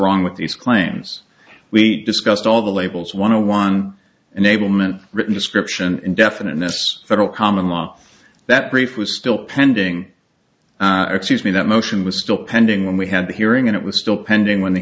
wrong with these claims we discussed all the labels want to one unable meant written description indefiniteness federal common law that brief was still pending excuse me that motion was still pending when we had the hearing and it was still pending when the